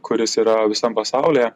kuris yra visam pasaulyje